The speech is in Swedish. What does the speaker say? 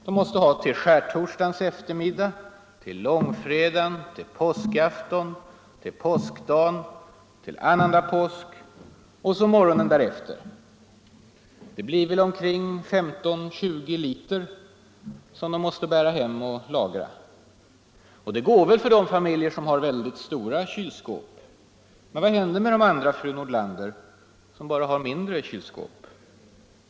De måste ha till skärtorsdagens eftermiddag och kväll, till långfredagen, till påskaftonen, till påskdagen, till annandag påsk och till morgonen därefter. Det blir åtminstone 15-20 liter som man måste bära hem och lagra. Det går väl för de familjer som har väldigt stora kylskåp. Men vad händer med de andra, fru Nordlander, som bara har mindre kylskåp?